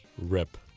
rip